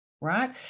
right